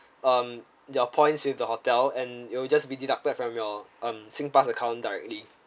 um their points with the hotel and it will just be deducted from your um Singpass account directly